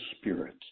Spirit